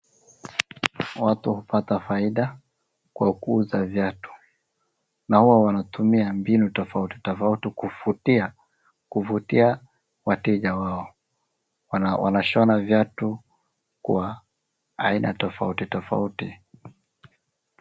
Watu hupata faida Kwa kuuza viatu na Huwa wanatumia mbinu tofauti tofauti kuvutia wateja wao. Wanashona viatu Kwa aina tofauti tofauti.